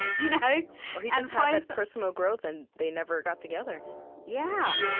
you know or, he just had that personal growth, and they never got together yeah,